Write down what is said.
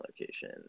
location